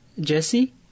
Jesse